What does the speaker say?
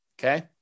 Okay